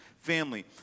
family